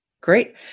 Great